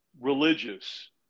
religious